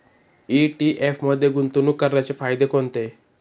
ETF मध्ये गुंतवणूक करण्याचे फायदे कोणते?